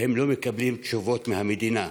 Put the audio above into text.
והם לא מקבלים תשובות מהמדינה.